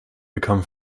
become